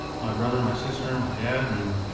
my brother and my sister and my dad, and,